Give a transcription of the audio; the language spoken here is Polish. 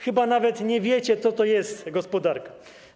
Chyba nawet nie wiecie, co to jest gospodarka.